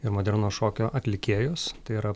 ir modernaus šokio atlikėjus tai yra